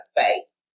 space